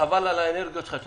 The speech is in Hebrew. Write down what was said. חבל על האנרגיות שלך,